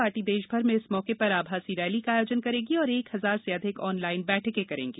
party देशभर में इस मौके पर आभासी रैली का आयोजन करेगी और एक हजार से अधिक ऑनलाइन बैठकें करेगी